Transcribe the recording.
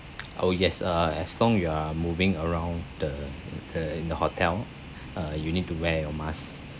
oh yes uh as long you are moving around the the in the hotel uh you need to wear your mask